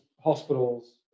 hospitals